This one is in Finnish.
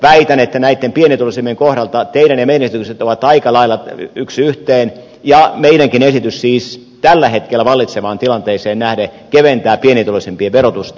väitän että näitten pienituloisimpien kohdalla teidän esityksenne ja meidän esityksemme ovat aika lailla yksi yhteen ja meidänkin esityksemme siis tällä hetkellä vallitsevaan tilanteeseen nähden keventää pienituloisimpien verotusta